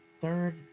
Third